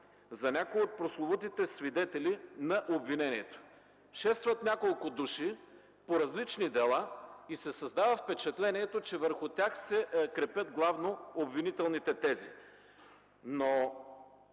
за някои от прословутите свидетели на обвинението. Шестват няколко души по различни дела и се създава впечатлението, че главно върху тях се крепят обвинителните тези. Не